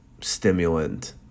stimulant